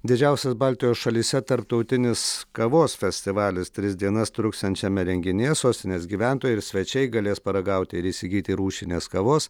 didžiausias baltijos šalyse tarptautinis kavos festivalis tris dienas truksiančiame renginyje sostinės gyventojai ir svečiai galės paragauti ir įsigyti rūšinės kavos